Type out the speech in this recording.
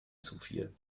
zufiel